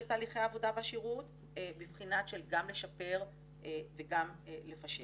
תהליכי העבודה והשירות בבחינת של גם לשפר וגם לפשט.